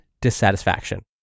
dissatisfaction